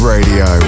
Radio